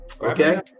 Okay